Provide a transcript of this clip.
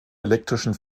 elektrischen